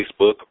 Facebook